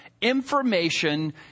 information